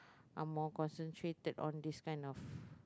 Ang-Mo concentrated on this kind of